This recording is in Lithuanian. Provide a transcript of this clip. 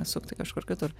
sukti kažkur kitur